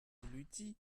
l’udi